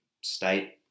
state